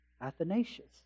Athanasius